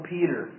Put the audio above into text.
Peter